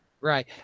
Right